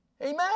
Amen